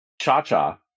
Cha-Cha